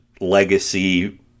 legacy